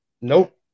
Nope